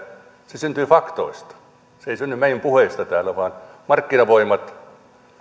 se syntyy faktoista se ei synny meidän puheistamme täällä vaan markkinavoimat